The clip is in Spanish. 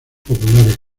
populares